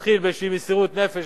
מתחיל באיזו מסירות נפש,